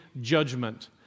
judgment